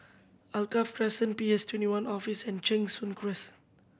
Alkaff Crescent PS twenty one Office and Cheng Soon Crescent